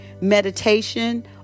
meditation